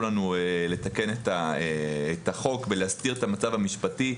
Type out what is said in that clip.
לנו לתקן את החוק ולהסדיר את המצב המשפטי,